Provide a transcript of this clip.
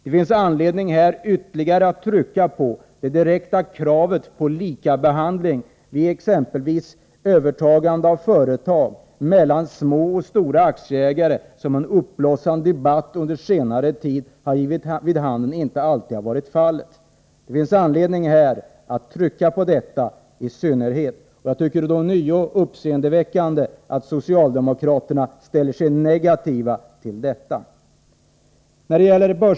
Det är motiverat att ytterligare trycka på det direkta kravet på lika behandling av små och stora aktieägare vid exempelvis övertagande av företag, vilket en uppblossande debatt under senare tid har givit vid handen inte alltid har varit fallet. Det är uppseendeväckande att socialdemokraterna ställer sig negativa till detta krav.